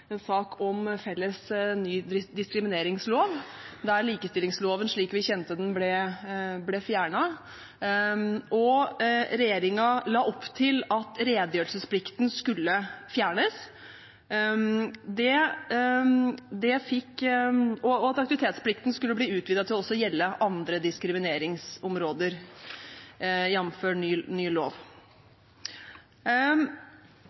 en sak om felles ny diskrimineringslov, der likestillingsloven slik vi kjente den, ble fjernet. Regjeringen la opp til at redegjørelsesplikten skulle fjernes, og at aktivitetsplikten skulle bli utvidet til også å gjelde andre diskrimineringsområder, jamfør ny lov.